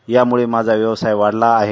यामुळं माझा व्यवसाय वाढला आहे